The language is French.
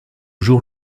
jours